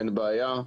אין בעיה,